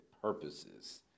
purposes